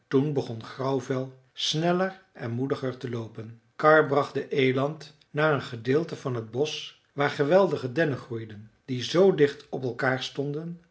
toen begon grauwvel sneller en moediger te loopen karr bracht den eland naar een gedeelte van het bosch waar geweldige dennen groeiden die zoo dicht op elkaar stonden